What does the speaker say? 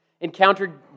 encountered